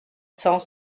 cent